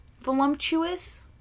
Voluptuous